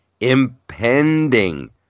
impending